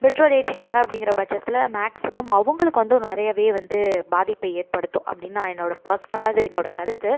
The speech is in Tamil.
பெட்ரோல் ஏற்றிட்டாங்க அப்படிங்கிற பட்சத்தில் மேக்சிமம் அவங்களுக்கு வந்து நிறையவே வந்து பாதிப்பு ஏற்படுத்தும் அப்படின்னு நான் என்னோடய பர்ஸ்னெலாக இது என்னோட கருத்து